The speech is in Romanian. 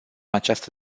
această